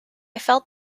felt